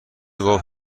گفت